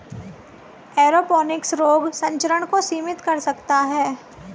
aeroponics रोग संचरण को सीमित कर सकता है